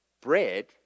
bread